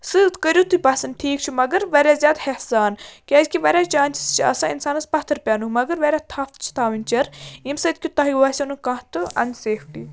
سُہ کٔرِو تُہۍ پَسَنٛد ٹھیٖک چھُ مگر واریاہ زیادٕ ہٮ۪س سان کیٛازِکہِ واریاہ چانسٕز چھِ آسان اِنسانَس پَتھٕر پٮ۪نُک مگر واریاہ تھپھ چھِ تھاوٕنۍ چِر ییٚمہِ سۭتۍ کہِ تۄہہِ باسیو نہٕ کانٛہہ تہٕ اَن سیفٹی